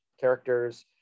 characters